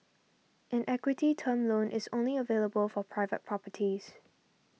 an equity term loan is only available for private properties